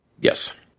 Yes